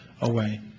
away